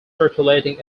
circulating